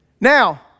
Now